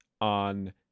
on